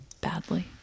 badly